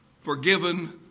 forgiven